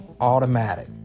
automatic